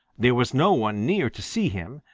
there was no one near to see him,